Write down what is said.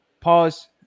pause